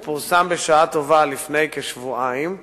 הוא פורסם בשעה טובה לפני כשבועיים,